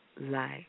life